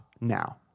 now